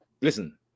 listen